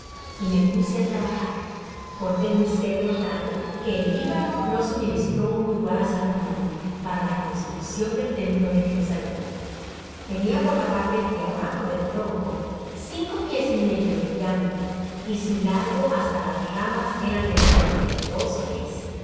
y me puse á trabajar corté un cedro tal que el libano no suministró uno igual á salomon para la construccion del templo de jerusalem tenia por la parte de abajo del tronco cinco pies y medio de diámetro y su largo hasta las ramas era de treinta y dos pies